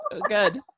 good